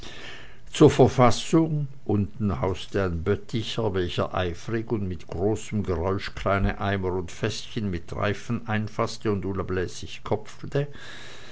zur verfassung unten hauste ein bötticher welcher eifrig und mit großem geräusch kleine eimer und fäßchen mit reifen einfaßte und unablässig